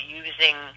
using